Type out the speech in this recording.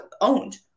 owned